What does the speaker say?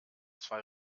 zwei